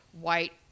white